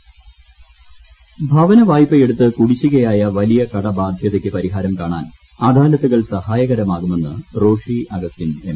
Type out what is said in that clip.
അദാലത്ത് ഭവന വായ്പയെടുത്ത് കൂടിശികയായ വലിയ കടബാധ്യതയ്ക്ക് പരിഹാരം കാണാൻ അദാലത്തുകൾ സഹായകരമാകുമെന്ന് റോഷി അഗസ്റ്റിൻ എം